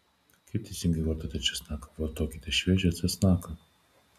kaip teisingai vartoti česnaką vartokite šviežią česnaką